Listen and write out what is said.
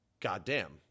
goddamn